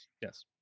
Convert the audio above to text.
Yes